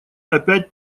опять